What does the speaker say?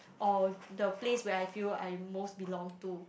or the place where I feel I most belong to